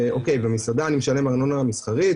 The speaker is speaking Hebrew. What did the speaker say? במסעדה אני משלם ארנונה מסחרית,